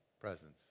presence